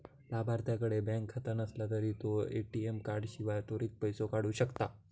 लाभार्थ्याकडे बँक खाता नसला तरी तो ए.टी.एम कार्डाशिवाय त्वरित पैसो काढू शकता